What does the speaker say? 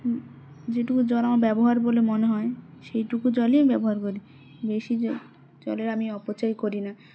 যেটুকু জল আমার ব্যবহার বলে মনে হয় সেইটুকু জলেই ব্যবহার করি বেশি জ জলের আমি অপচয় করি না